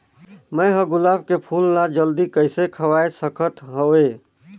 मैं ह गुलाब के फूल ला जल्दी कइसे खवाय सकथ हवे?